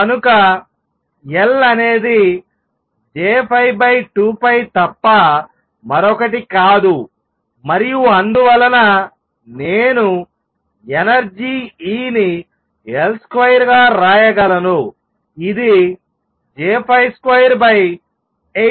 కనుక L అనేది J2πతప్ప మరొకటి కాదు మరియు అందువలననేను ఎనర్జీ E ని L2 గా వ్రాయగలను ఇది J282mR2V